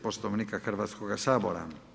Poslovnika Hrvatskoga sabora.